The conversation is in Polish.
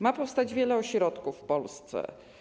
Ma powstać wiele ośrodków w Polsce.